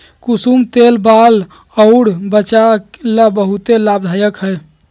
कुसुम तेल बाल अउर वचा ला बहुते लाभदायक हई